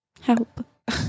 Help